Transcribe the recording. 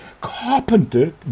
carpenter